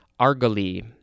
argali